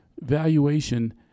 valuation